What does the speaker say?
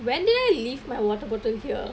when did I leave my water bottle here